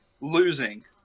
losing